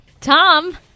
Tom